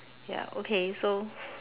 ya okay so